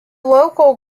local